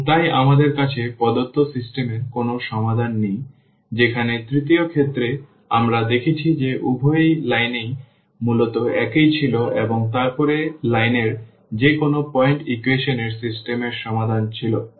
এবং তাই আমাদের কাছে প্রদত্ত সিস্টেম এর কোনও সমাধান নেই যেখানে তৃতীয় ক্ষেত্রে আমরা দেখেছি যে উভয় লাইনই মূলত একই ছিল এবং তারপরে লাইনের যে কোনও পয়েন্ট ইকুয়েশন এর সিস্টেম এর সমাধান ছিল